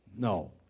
No